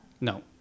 no